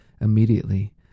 immediately